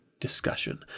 discussion